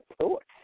thoughts